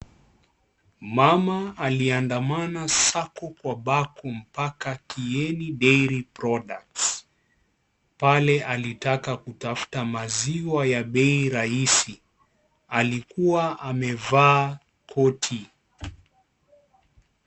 Mama aliandamana sako kwa bako mpaka Kieni Dairy Products pale alitaka kutafuta maziwa ya bei rahisi. Alikua amevaa koti.